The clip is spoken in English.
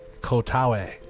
Kotawe